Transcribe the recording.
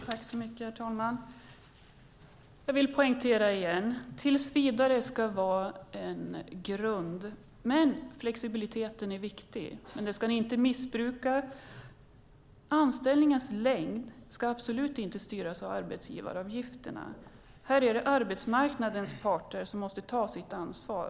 Herr talman! Jag vill poängtera att tillsvidareanställning ska vara en grund, men att flexibiliteten är viktig. Den ska inte missbrukas. Anställningens längd ska absolut inte styras av arbetsgivaravgifterna. Arbetsmarknadens parter måste ta sitt ansvar.